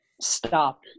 stop